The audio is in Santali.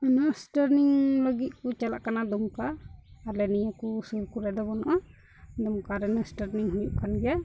ᱱᱟᱨᱥ ᱴᱨᱮᱱᱤᱝ ᱞᱟᱹᱜᱤᱫ ᱠᱚ ᱪᱟᱞᱟᱜ ᱠᱟᱱᱟ ᱫᱩᱢᱠᱟ ᱟᱞᱮ ᱱᱤᱭᱟᱹ ᱠᱚ ᱥᱩᱨ ᱠᱚᱨᱮ ᱫᱚ ᱵᱟᱹᱱᱩᱜᱼᱟ ᱫᱩᱢᱠᱟ ᱨᱮ ᱱᱟᱨᱥ ᱴᱨᱮᱱᱤᱝ ᱦᱩᱭᱩᱜ ᱠᱟᱱ ᱜᱮᱭᱟ